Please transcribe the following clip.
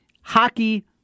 hockey